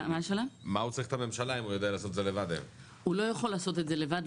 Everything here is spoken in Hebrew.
הוא לא יכול לעשות את זה לבד,